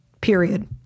period